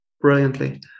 brilliantly